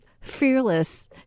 Fearless